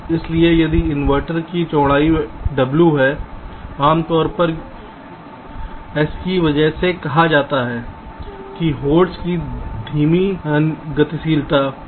इसलिए यदि इन्वर्टर की चौड़ाई डब्ल्यू है आमतौर पर pMOS लार्ज s की वजह से कहा जाता है कि होल्ड्स की धीमी गतिशीलता